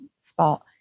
spot